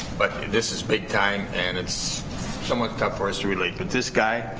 but this is big time and it's somewhat tough for us really, but this guy,